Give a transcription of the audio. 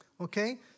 Okay